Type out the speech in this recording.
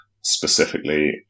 specifically